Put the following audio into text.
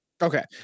okay